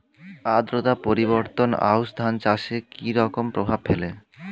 আদ্রতা পরিবর্তন আউশ ধান চাষে কি রকম প্রভাব ফেলে?